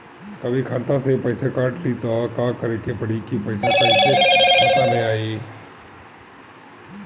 कभी खाता से पैसा काट लि त का करे के पड़ी कि पैसा कईसे खाता मे आई?